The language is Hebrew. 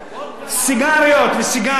סיגריות וסיגרים,